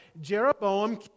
Jeroboam